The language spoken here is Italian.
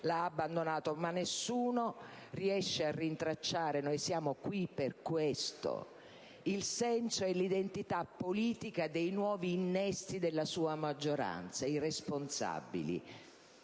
l'ha abbandonata; ma nessuno riesce a rintracciare - noi siamo qui per questo - il senso e l'identità politica dei nuovi innesti della sua maggioranza, i Responsabili.